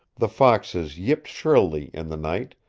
the foxes yipped shrilly in the night,